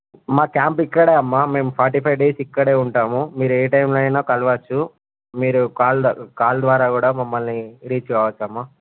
అమ్మ క్యాంప్ ఇక్కడే అమ్మ మేము ఫార్టీ ఫైవ్ డేస్ ఇక్కడే ఉంటాము మీరు ఏ టైంలో అయిన కాలవచ్చు మీరు కాల్ ద కాల్ ద్వారా కూడా మమ్మల్ని రీచ్ కావచ్చమ్మ